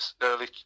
early